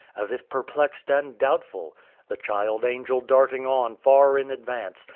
as if perplexed and doubtful the child-angel darting on far in advance,